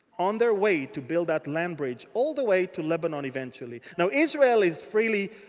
on their way to build that land bridge all the way to lebanon, eventually. now, israel is freely,